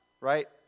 right